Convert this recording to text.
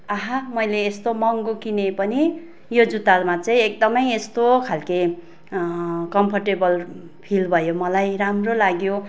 आहा मैले यस्तो महँगो किने पनि यो जुत्तामा चाहिँ एकदम यस्तो खाले कम्फर्टेबल फिल भयो मलाई राम्रो लाग्यो